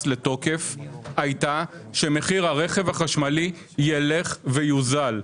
לתוקף הייתה שמחיר הרכב החשמלי יילך ויוזל.